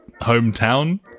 hometown